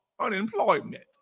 unemployment